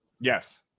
Yes